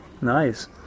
Nice